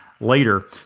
later